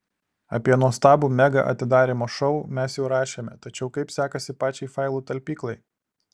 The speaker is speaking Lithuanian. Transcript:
apie nuostabų mega atidarymo šou mes jau rašėme tačiau kaip sekasi pačiai failų talpyklai